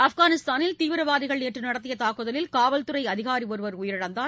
ஆப்கானிஸ்தானில் தீவிரவாதிகள் நேற்று நடத்திய தாக்குதலில் காவல்துறை அதிகாரி ஒருவர் உயிரிழந்தார்